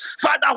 Father